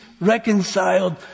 reconciled